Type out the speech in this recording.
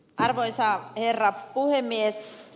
arvoisa rouva puhemies